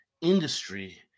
industry